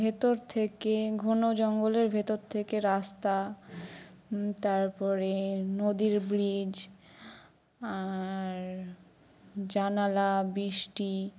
ভেতর থেকে ঘন জঙ্গলের ভেতর থেকে রাস্তা তারপরে নদীর ব্রিজ আর জানালা বৃষ্টি